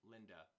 Linda